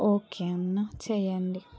okay అన్న చేయండి